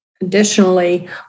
additionally